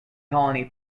colony